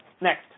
next